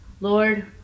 Lord